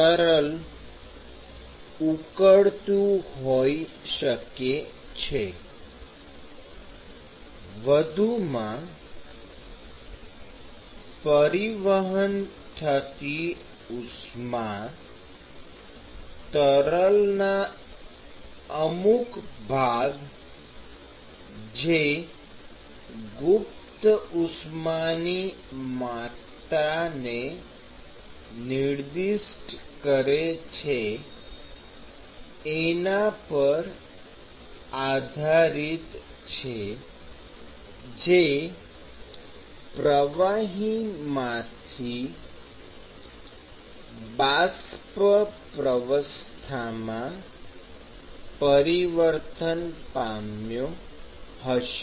તરલ ઉકળતું હોઈ શકે છે વધુમાં પરિવહન થતી ઉષ્મા તરલના અમુક ભાગ જે ગુપ્ત ઉષ્માની માત્રાને નિર્દિષ્ટ કરે છે પર આધારીત છે જે પ્રવાહીમાંથી બાષ્પ પ્રાવસ્થામાં પરિવર્તન પામ્યો હશે